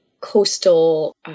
Coastal